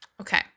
Okay